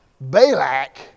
Balak